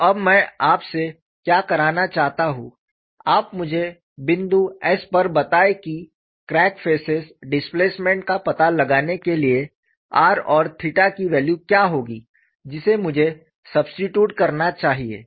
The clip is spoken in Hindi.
तो अब मैं आपसे क्या कराना चाहता हूं आप मुझे बिंदु s पर बताएं कि क्रैक फेसेस डिस्प्लेसमेंट का पता लगाने के लिए r और थीटा की वैल्यू क्या होगी जिसे मुझे सबस्टिट्यूट करना चाहिए